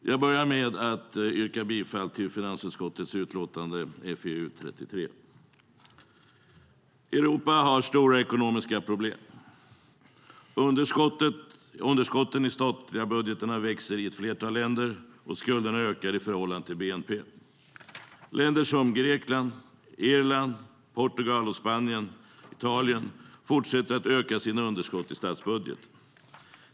Herr talman! Jag börjar med att yrka bifall till finansutskottets utlåtande FiU33. Europa har stora ekonomiska problem. Underskottet i statsbudgeterna växer i ett flertal länder och skulderna ökar i förhållande till BNP. Länder som Grekland, Irland, Portugal, Spanien och Italien fortsätter att öka sina underskott i statsbudgeten.